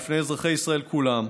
בפני אזרחי ישראל כולם,